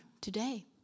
today